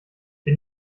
bin